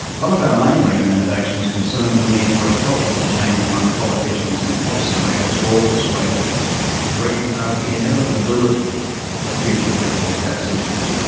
one of our main recommendations concerned the need for a cultural change among politicians and policy-makers of all persuasions to recognise the inevitability of future critical transitions,